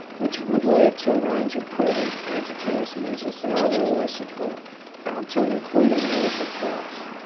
which would lead to a range of prudent anti-terrorist measures that i would always support, up to and including the use of force.